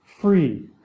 free